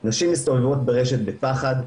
נשים מסתובבות ברשת בפחד,